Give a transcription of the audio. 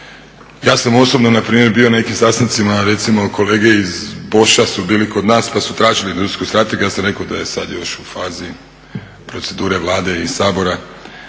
Ja sam osobno npr. bio na nekim sastancima, recimo kolege iz … su bili kod nas pa su tražili industrijsku strategiju, ja sam rekao da je sada još u fazi procedure Vlade i Sabora,